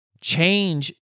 Change